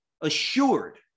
assured